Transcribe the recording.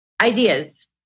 Ideas